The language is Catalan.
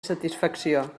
satisfacció